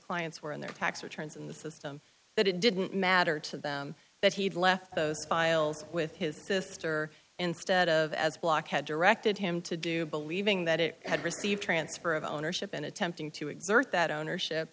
clients were in their tax returns in the system that it didn't matter to them that he'd left those files with his sister instead of as a block had directed him to do believing that it had received transfer of ownership and attempting to exert that ownership